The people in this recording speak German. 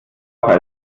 auch